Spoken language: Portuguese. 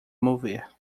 mover